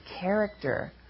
character